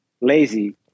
lazy